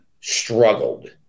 struggled